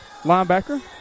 Linebacker